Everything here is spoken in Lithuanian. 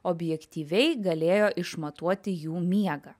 objektyviai galėjo išmatuoti jų miegą